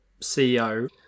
CEO